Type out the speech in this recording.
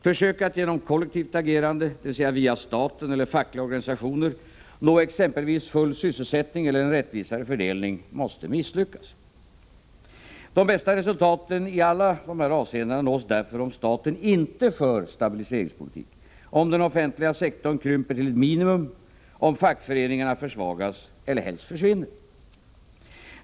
Försök att genom kollektivt agerande, dvs. via staten eller fackliga organisationer, nå exempelvis full sysselsättning eller en rättvisare fördelning måste misslyckas. De bästa resultaten i alla dessa avseenden nås därför om staten inte för en stabiliseringspolitik, om den offentliga sektorn krymps till ett minimum och om fackföreningarna försvagas eller helst försvinner.